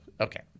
Okay